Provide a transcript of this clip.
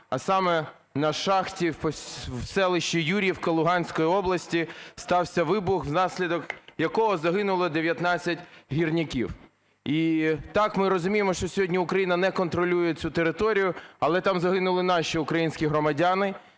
а саме: на шахті в селищі Юр'ївка Луганської області стався вибух, внаслідок якого загинуло 19 гірників. І так ми розуміємо, що сьогодні Україна не контролює цю територію, але там загинули наші українські громадяни.